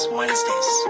Wednesdays